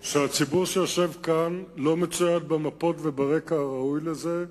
שהציבור שיושב כאן לא מצויד במפות וברקע הראוי לזה.